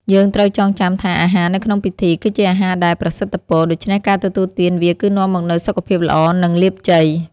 យើងត្រូវចងចាំថាអាហារនៅក្នុងពិធី គឺជាអាហារដែលប្រសិទ្ធពរ ដូច្នេះការទទួលទានវាគឺនាំមកនូវសុខភាពល្អ និងលាភជ័យ។